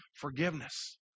forgiveness